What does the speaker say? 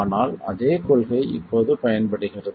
ஆனால் அதே கொள்கை இப்போது பயன்படுகிறது